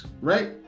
right